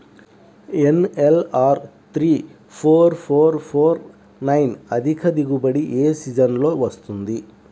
NLR three four four four nine అధిక దిగుబడి ఏ సీజన్లలో వస్తుంది?